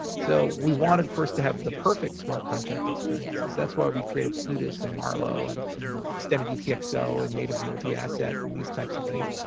so we wanted first to have the perfect smart contract experiences. that's why we created plutus, and marlowe, and extended utxo, and native multi-asset, and these types of things.